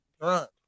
drunk